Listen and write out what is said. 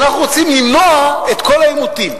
ונגיד: אנחנו רוצים למנוע את כל העימותים,